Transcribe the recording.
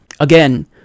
Again